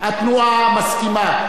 התנועה, מסכימה.